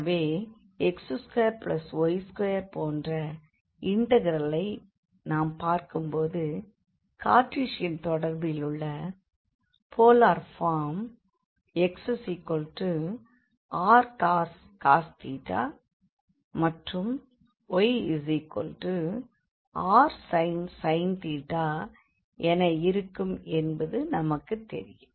எனவே x2y2 போன்ற இண்டெக்ரலை நாம் பார்க்கும் போது கார்டீசியன் தொடர்பிலுள்ள போலார் ஃபார்ம் xrcos மற்றும் yrsin என இருக்கும் என்பது நமக்குத் தெரியும்